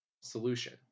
Solution